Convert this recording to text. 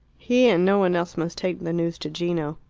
he and no one else must take the news to gino.